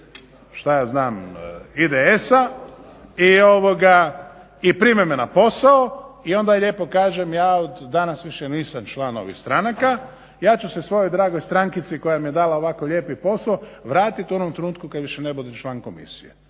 šta ja znam IDS-a i prime me na posao i onda lijepo kažem ja od danas više nisam član ovih stranaka ja ću se svojoj dragoj strankici koja mi je dala ovako lijepi posao vratiti u onom trenutku kada više ne budem član komisije.